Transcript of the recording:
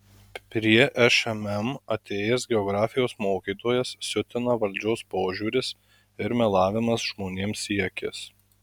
prie šmm atėjęs geografijos mokytojas siutina valdžios požiūris ir melavimas žmonėms į akis